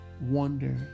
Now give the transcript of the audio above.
wonder